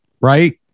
right